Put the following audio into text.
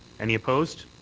any opposed?